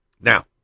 Now